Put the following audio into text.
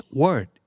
word